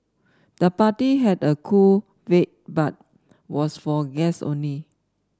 the party had a cool vibe but was for guests only